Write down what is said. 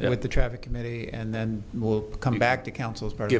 at the traffic committee and then we'll come back to counsel's party